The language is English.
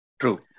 True